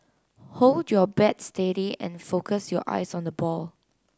hold your bat steady and focus your eyes on the ball